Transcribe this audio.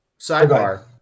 sidebar